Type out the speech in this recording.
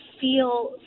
feel